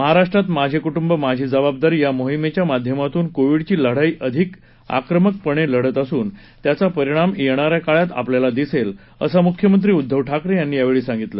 महाराष्ट्रात माझे कुटुंब माझी जबाबदारी या मोहिमेच्या माध्यमातून कोविडची लढाई अधिक आक्रमकपणे लढत असून त्याचा परिणाम येणाऱ्या काळात आपल्याला दिसेल असं मुख्यमंत्री उद्दव ठाकरे यांनी यावेळी सांगितलं